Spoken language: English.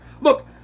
Look